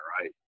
right